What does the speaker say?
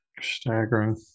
Staggering